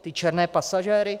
Ty černé pasažéry?